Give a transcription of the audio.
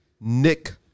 Nick